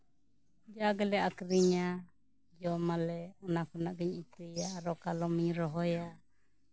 ᱡᱟᱜᱮᱞᱮ ᱟᱠᱷᱨᱤᱧᱼᱟ ᱡᱚᱢ ᱟᱞᱮ ᱚᱱᱟ ᱠᱷᱚᱱᱟᱜ ᱜᱤᱧ ᱤᱛᱟᱹᱭᱟ ᱟᱨᱚ ᱠᱟᱞᱚᱢ ᱤᱧ ᱨᱚᱦᱚᱭᱟ